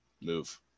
move